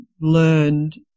learned